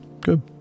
Good